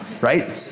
right